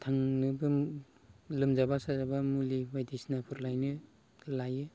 थांनोबो लोमजाबा साजाबा मुलि बायदिसिनाफोर लायनो लायो